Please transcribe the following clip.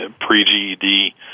pre-GED